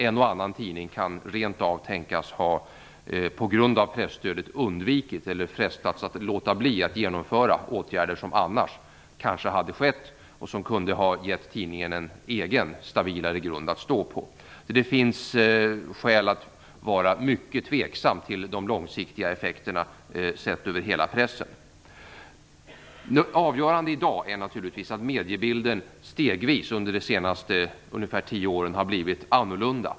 En och annan tidning kan på grund av presstödet rent av tänkas ha undvikit eller frestats att låta bli att genomföra åtgärder som annars kanske hade skett och som kunde ha gett tidningen en egen stabilare grund att stå på. Det finns skäl att vara mycket tveksam till de långsiktiga effekterna sett över hela pressen. Avgörande i dag är naturligtvis att mediebilden stegvis under de senaste tio åren har blivit annorlunda.